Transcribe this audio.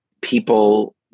people